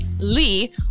Lee